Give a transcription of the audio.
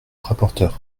rapporteur